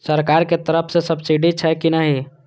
सरकार के तरफ से सब्सीडी छै कि नहिं?